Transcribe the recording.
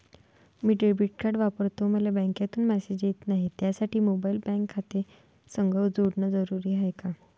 मी debit card वापरतो मले बँकेतून मॅसेज येत नाही, त्यासाठी मोबाईल बँक खात्यासंग जोडनं जरुरी हाय का?